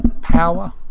power